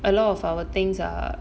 a lot of our things are